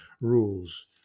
rules